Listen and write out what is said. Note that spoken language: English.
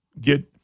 get